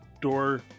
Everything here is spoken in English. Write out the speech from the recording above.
door